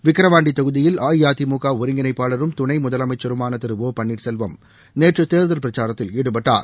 விக்கிரவாண்டி தொகுதியில் அஇஅதிமுக ஒருங்கிணைப்பாளரும் துணை முதலமைச்சருமான திரு ஒ பன்னீர்செல்வம் நேற்று தேர்தல் பிரச்சாரத்தில் ஈடுபட்டார்